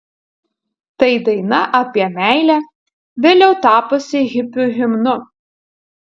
tai daina apie meilę vėliau tapusi hipių himnu